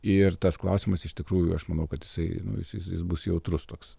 ir tas klausimas iš tikrųjų aš manau kad jisai nu jisai jis bus jautrus toks